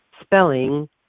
spelling